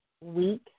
week